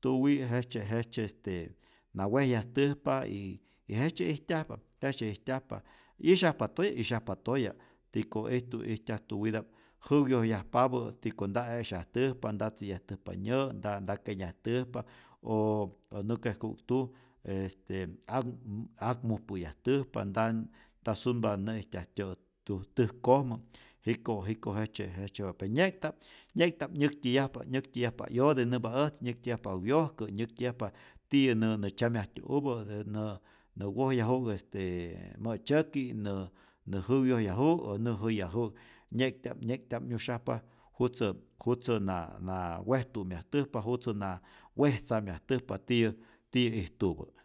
tuwi jejtzye jejtzye este na wejyajtäjpa y jejtzye ijtyajpa, jejtzye ijtyajpa, 'yisyajpa toya' isyajpa toya', tiko ijtu ijtyaj tuwita'p jäwyojyajpapä tiko nta e'syajtäjpa, nta tzi'yajtäjpa nyä', nta nta kenyajtäjpa, o nä kejku'k tuj este ak akmujpä'yajtäjpa, nta nta sunpa nä'ijtyajtyo' tä täjkojmä, jiko' jiko jejtzye jejtzyeta'p, pe nye'kta'p nye'kta'p nyäktyäyajpa nyäktyäyajpa 'yote nämpa äj, nyäktyäyajpa wyojkä', nyäktyäyajpa tiyä nä nä tzyamyajtyoupä, nä nä wojyaju'k este mä'tzyäki', nä na jäwyojyaju'k, nä jäyaju'k, nye'kta'p nye'kta'p myusyajpa jutzä jutzä na na wejtu'myajtäjpa, jutzä na wejtzamyajtäjpa tiyä tiyä ijtupä.